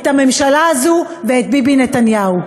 את הממשלה הזאת ואת ביבי נתניהו.